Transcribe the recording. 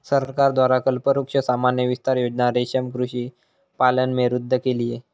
सरकार द्वारा कल्पवृक्ष सामान्य विस्तार योजना रेशम कृषि पालन में वृद्धि के लिए